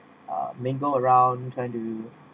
uh mingle around plan to